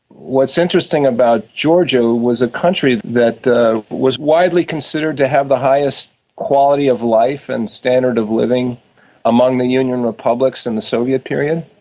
what's interesting about georgia was a country that was widely considered to have the highest quality of life and standard of living among the union republics in the soviet period,